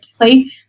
play